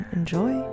Enjoy